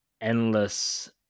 endless